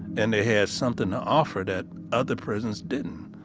and they had something to offer that other prisons didn't,